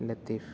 Latheef